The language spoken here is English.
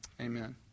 Amen